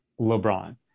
LeBron